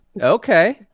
Okay